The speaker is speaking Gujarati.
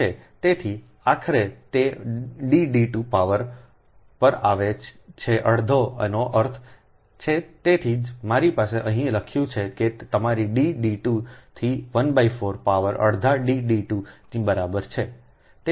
તેથી આખરે તે D d 2 પાવર પર આવે છે અડધા એનો અર્થ છે તેથી જ મારી પાસે છે અહીં લખ્યું છે કે તમારી D D 2 થી 1 બાય 4 પાવર અડધા D D 2 ની બરાબર છે